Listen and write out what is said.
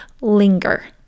linger